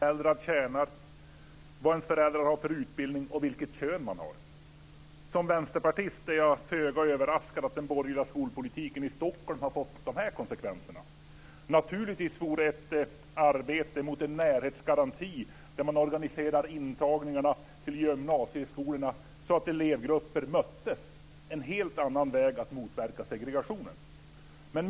Fru talman! I dag på morgonen fick vi veta att betygsintagningen till gymnasieskolorna i Stockholm har ökat segregationen, en uppdelning beroende på var i världen man är född, hur mycket föräldrarna tjänar, vilken utbildning föräldrarna har och vilket kön man har. Som vänsterpartist är jag föga överraskad att den borgerliga skolpolitiken i Stockholm har fått dessa konsekvenser.